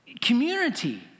Community